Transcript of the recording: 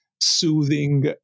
soothing